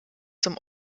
zum